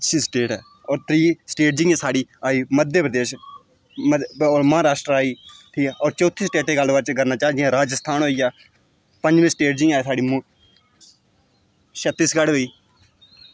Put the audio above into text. अच्छी स्टेट ऐ होर त्री स्टेट जि'यां साढ़ी आई मध्यप्रदेश मध्य महाराश्ट्र आई ठीक ऐ होर चौथी स्टेटै गल्लबात करना चांह जियां राजस्थान होई गेआ पंजमी स्टेट जियां साढ़ी छत्तीशगढ़ होई